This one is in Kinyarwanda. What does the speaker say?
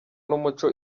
n’umuco